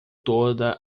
toda